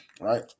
right